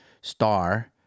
star